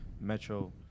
Metro